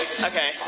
Okay